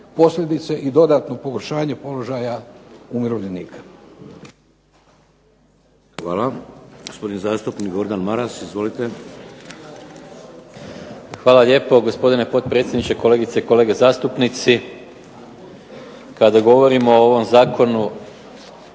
posljedice i dodatno pogoršanje položaja umirovljenika. **Šeks, Vladimir (HDZ)** Hvala. Gospodin zastupnik Gordan Maras. Izvolite. **Maras, Gordan (SDP)** Hvala lijepo gospodine potpredsjedniče, kolegice i kolege zastupnici. Kada govorimo o ovom zakonu